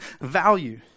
value